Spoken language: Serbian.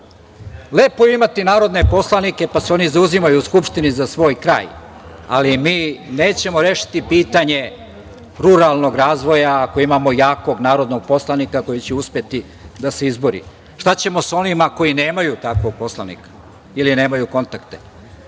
Lepo je imati narodne poslanike, pa se oni zauzimaju u Skupštini za svoj kraj, ali mi nećemo rešiti pitanje ruralnog razvoja ako imamo jakog narodnog poslanika koji će uspeti da se izbori. Šta ćemo sa onima koji nemaju takvog poslanika ili nemaju kontakte?